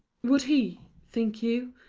would he, think you,